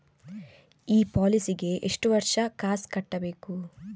ಈ ಪಾಲಿಸಿಗೆ ಎಷ್ಟು ವರ್ಷ ಕಾಸ್ ಕಟ್ಟಬೇಕು?